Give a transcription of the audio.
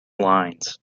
lines